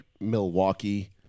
Milwaukee